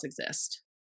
exist